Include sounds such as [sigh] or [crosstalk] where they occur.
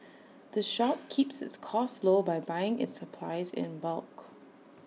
the [noise] shop keeps its costs low by buying its supplies in bulk